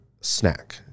snack